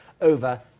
over